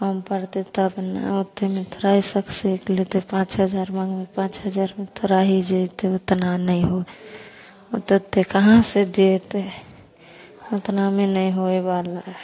कम पड़तै तब ने ओतेकमे थोड़ा ही सकि लेतै पाँच हजार मँगबै पाँच हजारमे थोड़ा ही जएतै ओतना नहि हो ओतेक ओतेक कहाँसे देतै ओतनामे नहि होइवला हइ